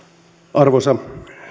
arvoisa